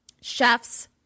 Chef's